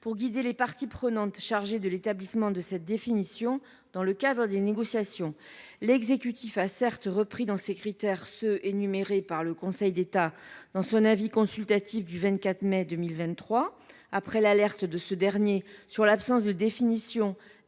pour guider les parties prenantes chargées de l’établissement de cette définition dans le cadre des négociations. L’exécutif a certes repris parmi ces critères ceux qu’a énumérés le Conseil d’État dans son avis consultatif du 24 mai 2023, après l’alerte de ce dernier sur l’absence de définition